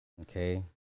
Okay